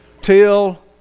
till